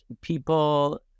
people